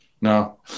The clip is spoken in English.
No